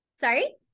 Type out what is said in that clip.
sorry